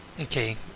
Okay